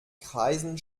kreisen